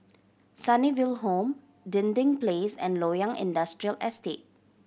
Sunnyville Home Dinding Place and Loyang Industrial Estate